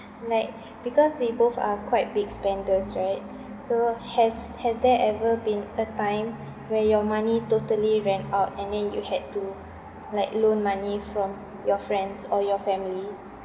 like because we both are quite big spenders right so has has there ever been a time where your money totally ran out and then you had to like loan money from your friends or your families